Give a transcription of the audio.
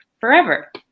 forever